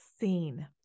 seen